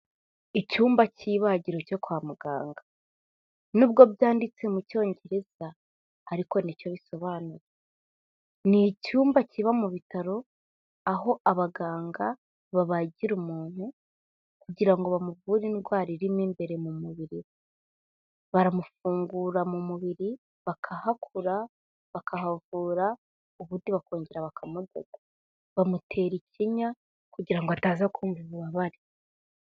Icyumba cy'ibagiro cyo kwa muganga. Nubwo byanditse mu Cyongereza, ariko ni cyo bisobanuye. Ni icyumba kiba mu bitaro, aho abaganga babagira umuntu, kugira ngo bamuvure indwara irimo imbere mu mubiri we. Baramufungura mu mubiri bakahakora, bakahavura, ubundi bakongera bakamudoda. Bamutera ikinya kugira ngo ataza kumva ububabare.